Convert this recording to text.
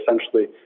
essentially